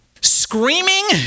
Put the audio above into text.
Screaming